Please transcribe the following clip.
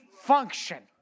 function